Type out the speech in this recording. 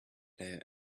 player